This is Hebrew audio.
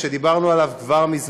ינמק חבר הכנסת מיקי מכלוף